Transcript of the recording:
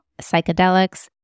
psychedelics